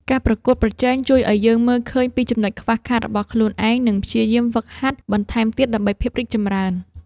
ការប្រកួតប្រជែងជួយឱ្យយើងមើលឃើញពីចំណុចខ្វះខាតរបស់ខ្លួនឯង និងព្យាយាមហ្វឹកហាត់បន្ថែមទៀតដើម្បីភាពរីកចម្រើន។